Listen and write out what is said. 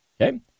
okay